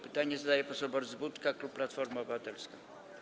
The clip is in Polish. Pytanie zadaje poseł Borys Budka, klub Platforma Obywatelska.